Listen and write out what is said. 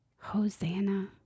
hosanna